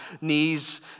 knees